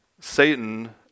Satan